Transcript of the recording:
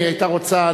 אם היא היתה רוצה,